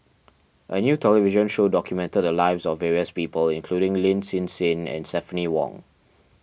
a new television show documented the lives of various people including Lin Hsin Hsin and Stephanie Wong